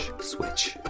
switch